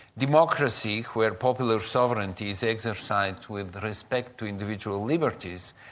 democracy, where popular sovereignties exercised with respect to individual liberties,